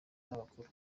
n’abakuru